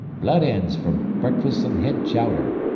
blood-ends for breakfast an' head-chowder,